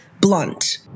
blunt